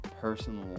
personal